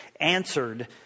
answered